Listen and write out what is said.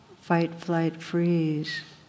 fight-flight-freeze